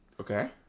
Okay